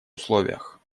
условиях